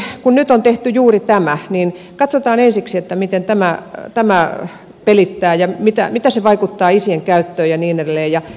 tietysti kun nyt on tehty juuri tämä niin katsotaan ensiksi miten tämä pelittää ja mitä se vaikuttaa isien käyttöön ja niin edelleen